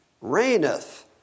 reigneth